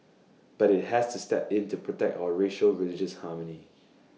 but IT has to step in to protect our racial religious harmony